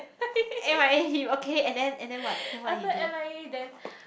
after M_I_A then